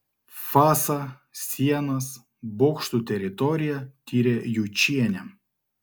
fasą sienas bokštų teritoriją tyrė jučienė